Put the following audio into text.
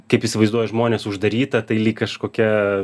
kaip įsivaizduoja žmonės uždaryta tai lyg kažkokia